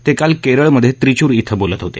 ते काल केरळमध्ये त्रिचुर इथं बोलत होते